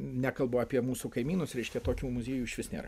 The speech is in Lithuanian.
nekalbu apie mūsų kaimynus reiškia tokių muziejų išvis nėra